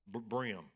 Brim